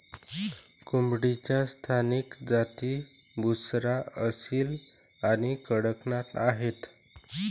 कोंबडीच्या स्थानिक जाती बुसरा, असील आणि कडकनाथ आहेत